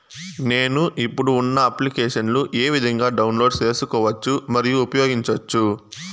నేను, ఇప్పుడు ఉన్న అప్లికేషన్లు ఏ విధంగా డౌన్లోడ్ సేసుకోవచ్చు మరియు ఉపయోగించొచ్చు?